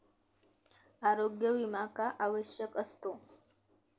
आरोग्य विमा का आवश्यक असतो?